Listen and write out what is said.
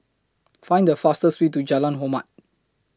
Find The fastest Way to Jalan Hormat